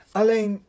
Alleen